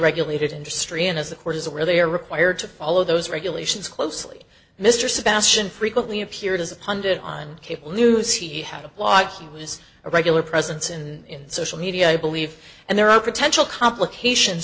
regulated industry and as the court is aware they are required to follow those regulations closely mr sebastian frequently appeared as a pundit on cable news he had a lot he was a regular presence in social media i believe and there are potential complications